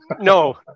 No